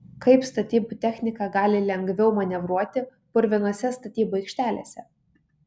kaip statybų technika gali lengviau manevruoti purvinose statybų aikštelėse